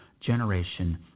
Generation